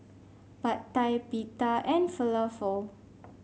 Pad Thai Pita and Falafel